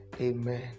amen